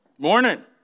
Morning